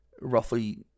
roughly